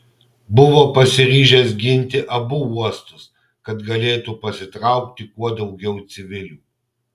buvo pasiryžęs ginti abu uostus kad galėtų pasitraukti kuo daugiau civilių